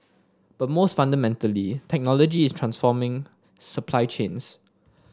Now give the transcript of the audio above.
but most fundamentally technology is transforming supply chains